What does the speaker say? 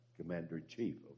commander-in-chief